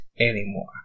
anymore